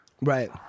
Right